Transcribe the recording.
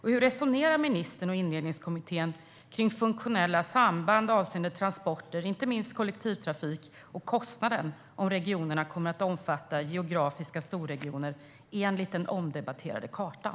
Hur resonerar ministern och Indelningskommittén kring funktionella samband avseende transporter, inte minst kollektivtrafik, samt kostnaden om regionerna kommer att vara geografiska storregioner enligt den omdebatterade kartan?